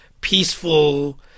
peaceful